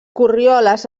corrioles